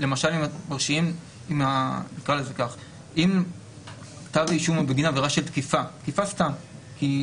כמו למשל אם היו שואלים אותי אותו דבר על תיקי